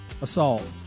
assault